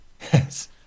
yes